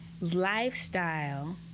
lifestyle